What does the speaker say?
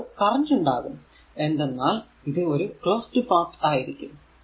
അപ്പോൾ കറന്റ് ഉണ്ടാകും എന്തെന്നാൽ ഇത് ഒരു ക്ലോസ്ഡ് പാത്ത് ആയിരിക്കും